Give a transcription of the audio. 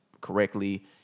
correctly